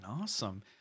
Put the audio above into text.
Awesome